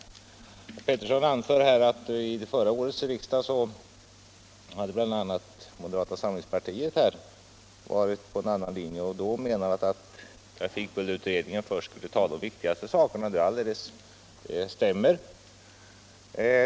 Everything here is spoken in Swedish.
Herr Pettersson anför att vid förra årets riksdag hade bl.a. moderata samlingspartiets representanter varit på en annan linje och menat att trafikbullerutredningen först skulle ta upp de viktigaste sakerna. Det stämmer.